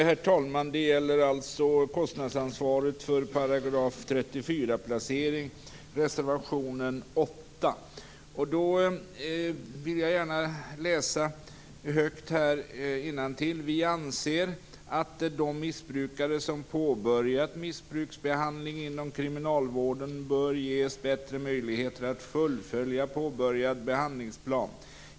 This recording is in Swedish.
Herr talman! Det gäller alltså kostnadsansvaret för § 34-placering, reservation 8. Jag vill gärna läsa innantill: "Vi anser att de missbrukare som påbörjat missbruksbehandling inom kriminalvården bör ges bättre möjligheter att fullfölja påbörjad behandlingsplan.